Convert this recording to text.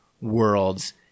Worlds